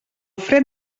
fred